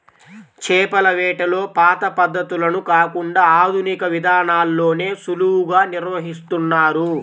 చేపల వేటలో పాత పద్ధతులను కాకుండా ఆధునిక విధానాల్లోనే సులువుగా నిర్వహిస్తున్నారు